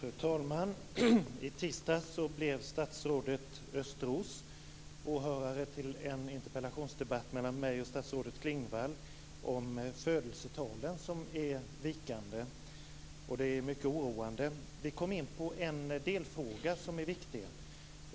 Fru talman! I tisdags blev statsrådet Östros åhörare till en interpellationsdebatt mellan mig och statsrådet Klingvall om födelsetalen, som är vikande. Det är mycket oroande. Vi kom in på en delfråga som är viktig.